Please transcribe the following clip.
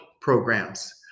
programs